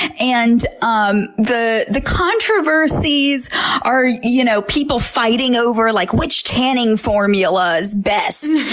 and um the the controversies are you know people fighting over, like, which tanning formula is best,